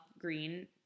green